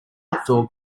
outdoor